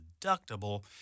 deductible